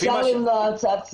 אפשר למנוע הוצאת כספים?